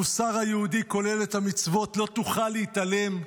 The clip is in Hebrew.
המוסר היהודי כולל את המצוות "לא תוכל להתעלם"